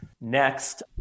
next